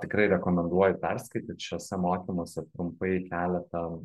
tikrai rekomenduoju perskaityt šiuose mokymuose trumpai keletą